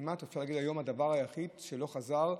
כמעט אפשר להגיד שהיום הוא הדבר היחיד שלא חזר,